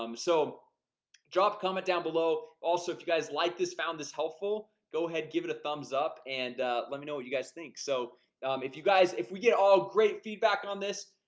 um so drop comment down below. also if you guys like this found this helpful, go ahead give it a thumbs up and let me know what you guys think so if you guys if we get all great feedback on this,